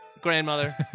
grandmother